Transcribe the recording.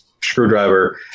screwdriver